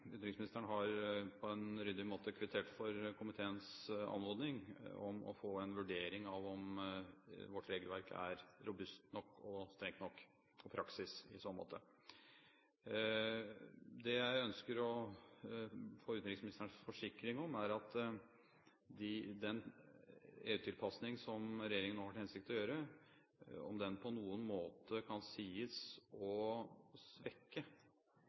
vårt regelverk er robust nok og strengt nok, og av praksis i så måte. Det jeg ønsker å få utenriksministerens forsikring om, er om den EU-tilpasning som regjeringen nå har til hensikt å gjøre, på noen måte kan sies å svekke